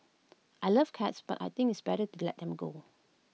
I love cats but I think it's better to let them go